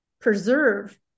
preserve